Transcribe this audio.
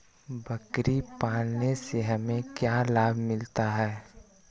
बकरी पालने से हमें क्या लाभ मिलता है?